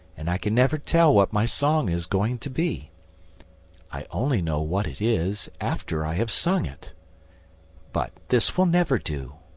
and i can never tell what my song is going to be i only know what it is after i have sung it but this will never do.